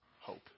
hope